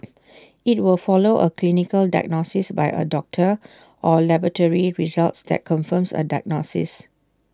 IT will follow A clinical diagnosis by A doctor or laboratory results that confirm A diagnosis